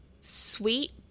sweet